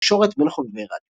ולתקשורת בין חובבי רדיו